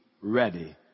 ready